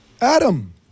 Adam